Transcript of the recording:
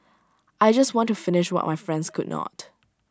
I just want to finish what my friends could not